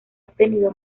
obtenido